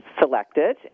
selected